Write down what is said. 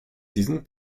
diesen